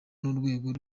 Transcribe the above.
n’urwego